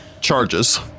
charges